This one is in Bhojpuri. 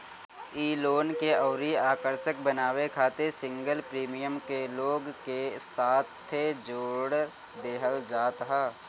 इ लोन के अउरी आकर्षक बनावे खातिर सिंगल प्रीमियम के लोन के साथे जोड़ देहल जात ह